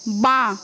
বাঁ